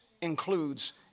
includes